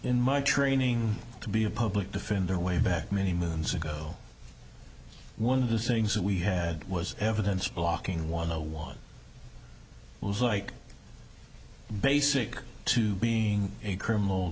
in my training to be a public defender way back many moons ago one of the things we had was evidence blocking one no one was like basic to being a criminal